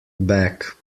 back